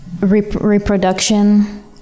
reproduction